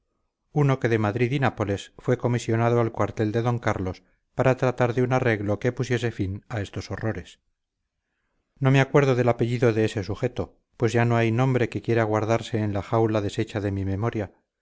uno que de madrid y nápoles fue comisionado al cuartel de d carlos para tratar de un arreglo que pusiese fin a estos horrores no me acuerdo del apellido de ese sujeto pues ya no hay nombre que quiera guardarse en la jaula deshecha de mi memoria